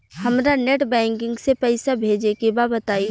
हमरा net banking से पईसा भेजे के बा बताई?